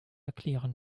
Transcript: erklären